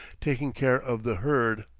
taking care of the herd.